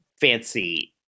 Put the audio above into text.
fancy